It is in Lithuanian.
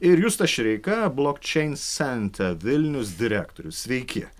ir justas šireika blok čein center vilnius direktorius sveiki